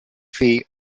fee